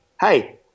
hey